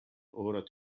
order